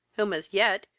whom, as yet,